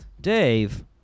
Dave